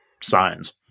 signs